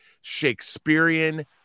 Shakespearean